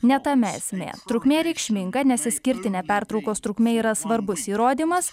ne tame esmė trukmė reikšminga nes išskirtinė pertraukos trukmė yra svarbus įrodymas